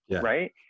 right